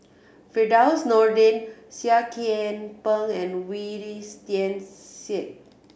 Firdaus Nordin Seah Kian Peng and Wee Tian Siak